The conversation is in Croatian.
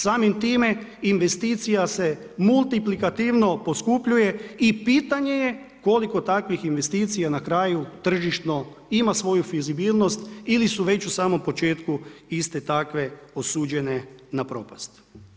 Samim time investicija se multiplikativno poskupljuje i pitanje je koliko takvih investicija na kraju tržišno ima svoju fizibilnost ili su već u samom početku iste takve osuđene na propast.